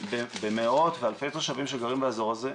במאות ואלפי תושבים שגרים באזור הזה,